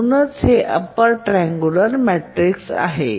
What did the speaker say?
म्हणूनच हे upper triangular matrix आहे